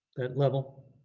that level?